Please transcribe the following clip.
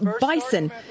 Bison